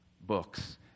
books